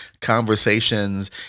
conversations